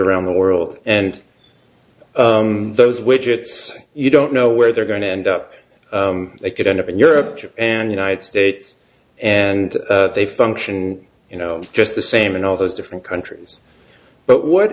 around the world and those widgets you don't know where they're going to end up they could end up in europe and united states and they function you know just the same in all those different countries but what